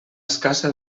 escassa